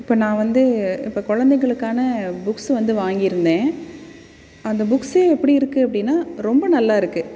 இப்போ நான் வந்து இப்போ குழந்தைகளுக்கான புக்ஸு வந்து வாங்கியிருந்தேன் அந்த புக்ஸு எப்படி இருக்குது அப்படின்னா ரொம்ப நல்லா இருக்குது